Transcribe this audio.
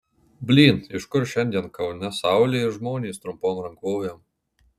blyn iš kur šiandien kaune saulė ir žmonės trumpom rankovėm